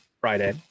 Friday